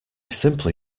simply